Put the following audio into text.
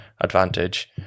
advantage